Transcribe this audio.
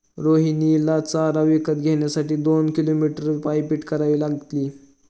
रोहिणीला चारा विकत घेण्यासाठी दोन किलोमीटर पायपीट करावी लागली